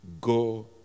go